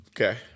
Okay